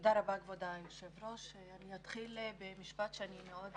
אתחיל במשפט שאני מאוד